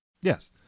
Yes